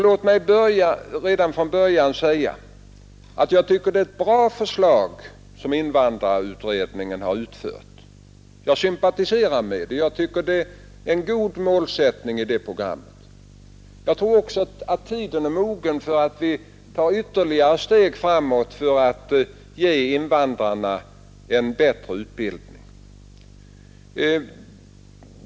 Låt mig då säga att jag tycker det är ett bra förslag som invandrarutredningen har lagt fram. Jag sympatiserar med det och tycker att målsättningen i det programmet är god. Jag tror också att tiden nu är mogen att ta ytterligare ett steg för att ge invandrarna bättre utbildning.